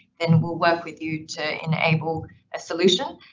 then we'll work with you to enable a solution,